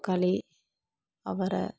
கலி அவரை